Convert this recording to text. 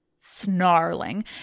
Snarling